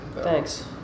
Thanks